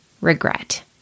regret